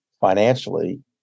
financially